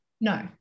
No